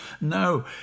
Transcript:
no